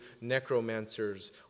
necromancers